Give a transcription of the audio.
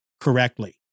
correctly